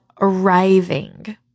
arriving